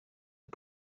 est